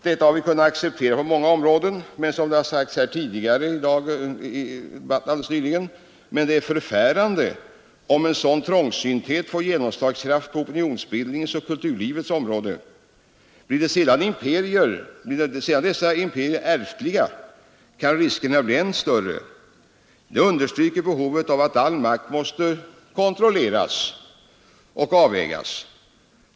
Detta har vi kunnat acceptera på många områden. Men — som det sagts här tidigare — det är förfärande, om en sådan trångsynthet får genomslagskraft på opinionsbildningens och kulturlivets områden. Blir sedan dessa imperier ärftliga, kan riskerna bli än större. Detta understryker behovet av att all makt måste kontrolleras och avvägas.